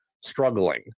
struggling